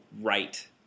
right